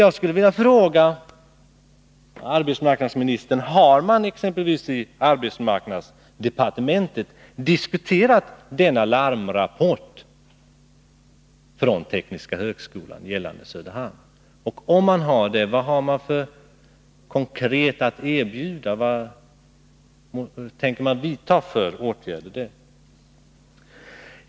Jag skulle vilja fråga arbetsmarknadsministern: Har man exempelvis inom arbetsmarknadsdepartementet diskuterat Tekniska högskolans larmrapport om Söderhamn? Om man har gjort det, vad har man då konkret att erbjuda? Vilka åtgärder tänker man vidta?